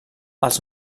els